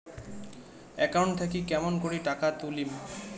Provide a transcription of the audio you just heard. Account থাকি কেমন করি টাকা তুলিম?